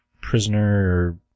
Prisoner